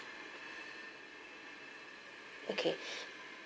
okay